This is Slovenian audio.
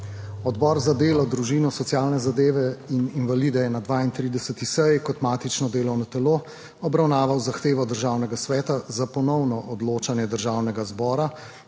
Odbor za delo, družino, socialne zadeve in invalide je na 32. seji kot matično delovno telo obravnaval zahtevo Državnega sveta za ponovno odločanje Državnega zbora